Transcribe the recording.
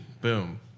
boom